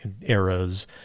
eras